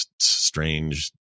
strange